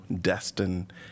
destined